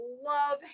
love